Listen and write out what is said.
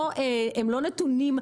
לא נכון,